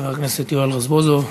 חבר הכנסת יואל רזבוזוב,